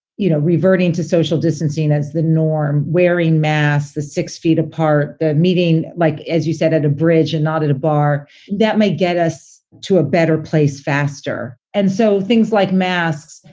you know, reverting to social distancing as the norm, wearing masks the six feet apart, the meeting like, as you said, at a bridge and not at a bar that may get us to a better place faster. and so things like masks,